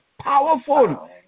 powerful